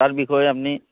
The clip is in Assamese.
তাৰ বিষয়ে আপুনি